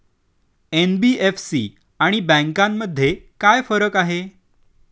NBFC आणि बँकांमध्ये काय फरक आहे?